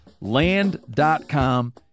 Land.com